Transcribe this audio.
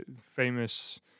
famous